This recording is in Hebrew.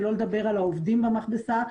שלא לדבר על העובדים במכבסה.